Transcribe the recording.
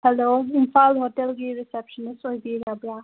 hello Imphal ꯍꯣꯇꯦꯜꯒꯤ ꯔꯦꯁꯦꯞꯁꯟꯅꯤꯁ ꯑꯣꯏꯕꯤꯔꯕ꯭ꯔꯥ